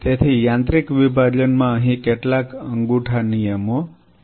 તેથી યાંત્રિક વિભાજન માં અહીં કેટલાક અંગૂઠા નિયમો છે